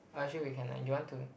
ah actually we can lah you want to